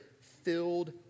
filled